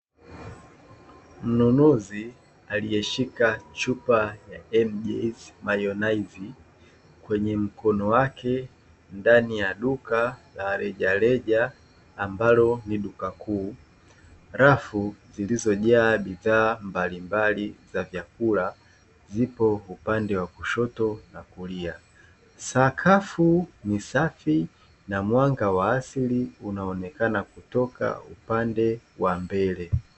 Mnunuzi aliyeshika chupa mjs mayonizi kwenye mkono wake, ndani ya duka la rejareja ambalo ni duka kuu. Rafu zilizojaa bidhaa mbalimbali za vyakula, zipo upande wa kushoto na kulia. Sakafu ni safi na mwanga wa asili unaonekana kutoka upande wa mbele.